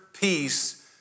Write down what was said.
peace